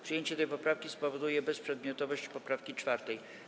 Przyjęcie tej poprawki spowoduje bezprzedmiotowość poprawki 4.